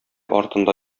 артында